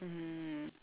mmhmm